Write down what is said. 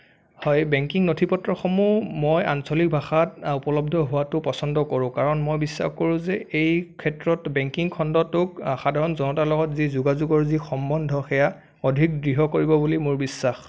হয় বেংকিং নথিপত্ৰসমূহ মই আঞ্চলিক ভাষাত উপলব্ধ হোৱাতো পচন্দ কৰোঁ কাৰণ মই বিশ্বাস কৰোঁ যে এই ক্ষেত্ৰত বেংকিং খণ্ডটোক সাধাৰণ জনতাৰ লগত যি যোগাযোগৰ যি সম্বন্ধ সেয়া অধিক দৃঢ় কৰিব বুলি মোৰ বিশ্বাস